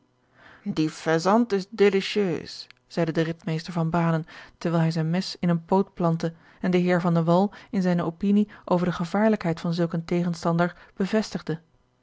die faisant is delicieus zeide de ritmeester van banen terwijl hij zijn mes in een poot plantte en den heer van de wall in zijne opinie over de gevaarlijkheid van zulk een tegenstander bevestigde